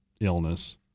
illness